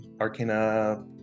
arcana